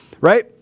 Right